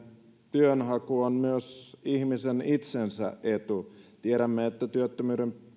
työnhaku on myös ihmisen itsensä etu tiedämme että työttömyyden